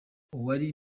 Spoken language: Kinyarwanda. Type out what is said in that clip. uwari